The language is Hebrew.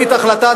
על הצעת החוק.